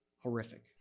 horrific